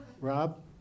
Rob